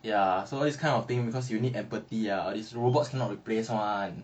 ya so this always kind of things because you need empathy ah robots cannot replace [one]